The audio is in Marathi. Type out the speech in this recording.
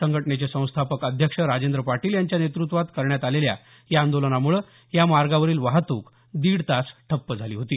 संघटनेचे संस्थापक अध्यक्ष राजेंद्र पाटील यांच्या नेतृत्त्वात करण्यात आलेल्या या आंदोलनामुळे या मार्गावरील वाहतूक दीडतास ठप्प झाली होती